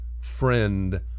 friend